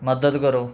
ਮਦਦ ਕਰੋ